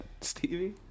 Stevie